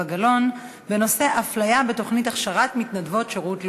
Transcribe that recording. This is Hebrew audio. גלאון בנושא: אפליה בתוכנית הכשרת מתנדבות שירות לאומי.